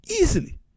easily